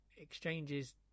exchanges